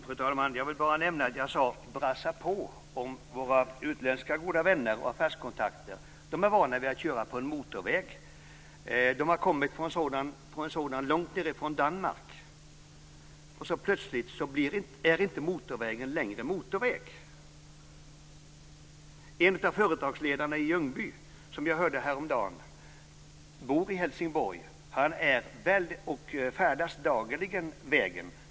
Fru talman! Jag vill bara nämna att jag sade "brassa på" om våra utländska goda vänner och affärskontakter. De är vana vid att köra på en motorväg. De har kommit på en sådan långt nerifrån Danmark, och så plötsligt är motorvägen inte längre motorväg. En av företagsledarna i Ljungby, som jag hörde häromdagen, bor i Helsingborg och färdas dagligen på den vägen.